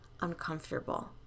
uncomfortable